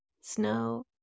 snow